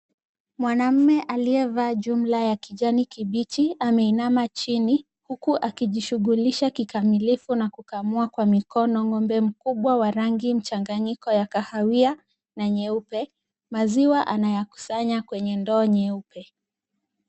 Mwanaume aliyevaa jumla ya kijani kibichi ameinama chini huku akishugulisha kikamilifu na kukamua kwa mikono ng'ombe mkubwa wa rangi mchanganyiko ya kahawia na nyeupe. Maziwa anayakusanya kwenye ndoo nyeupe.